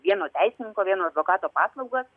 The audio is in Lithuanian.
vieno teisininko vieno advokato paslaugas